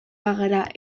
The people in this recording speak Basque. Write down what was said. bagara